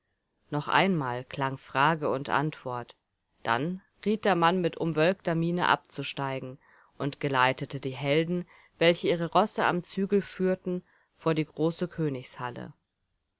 noch einmal klang frage und antwort dann riet der mann mit umwölkter miene abzusteigen und geleitete die helden welche ihre rosse am zügel führten vor die große königshalle